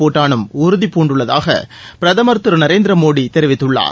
பூடானும் உறுதி பூண்டுள்ளதாக பிரதமர் திரு நரேந்திர மோடி தெரிவித்துள்ளார்